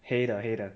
黑的黑的